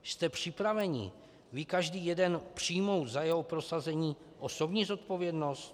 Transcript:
Jste připraveni, vy, každý jeden, přijmout za jeho prosazení osobní zodpovědnost?